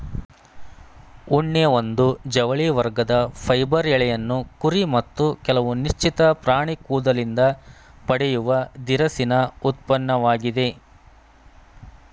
ಉಣ್ಣೆ ಒಂದು ಜವಳಿ ವರ್ಗದ ಫೈಬರ್ ಎಳೆಯನ್ನು ಕುರಿ ಮತ್ತು ಕೆಲವು ನಿಶ್ಚಿತ ಪ್ರಾಣಿ ಕೂದಲಿಂದ ಪಡೆಯುವ ದಿರಸಿನ ಉತ್ಪನ್ನವಾಗಿದೆ